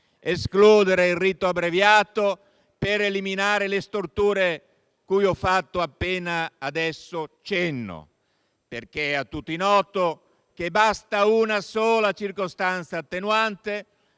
escludere il rito abbreviato per eliminare le storture cui ho fatto appena cenno. È a tutti noto, infatti, che basta una sola circostanza attenuante